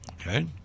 okay